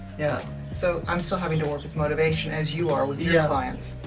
yeah so, i'm still having to work with motivation as you are with your yeah clients,